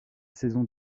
saison